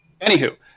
anywho